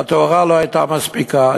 והתאורה לא הייתה מספיקה,